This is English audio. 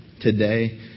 today